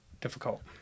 difficult